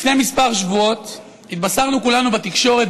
לפני כמה שבועות התבשרנו כולנו בתקשורת